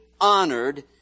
honored